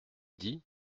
dit